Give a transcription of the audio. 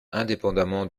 indépendamment